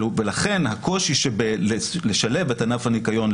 ולכן הקושי שבשילוב ענף הניקיון,